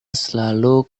selalu